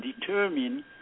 determine